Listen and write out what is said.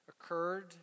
occurred